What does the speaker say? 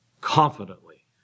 confidently